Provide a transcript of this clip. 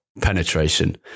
penetration